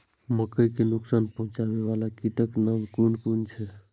मके के नुकसान पहुँचावे वाला कीटक नाम कुन कुन छै?